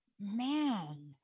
man